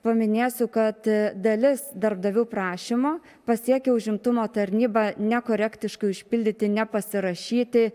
paminėsiu kad dalis darbdavių prašymų pasiekia užimtumo tarnybą nekorektiškai užpildyti nepasirašyti